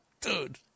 dude